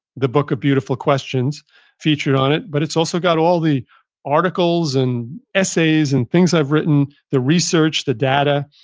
the book of beautiful questions featured on it. but it's also got all the articles and essays and things that i've written, the research, the data.